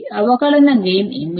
అవకలన గైన్ ఏమిటి